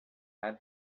had